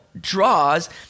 draws